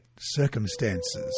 circumstances